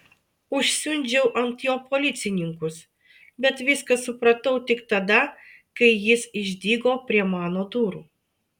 užsiundžiau ant jo policininkus bet viską supratau tik tada kai jis išdygo prie mano durų